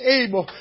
able